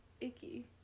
icky